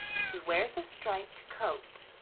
he wears a striped coat,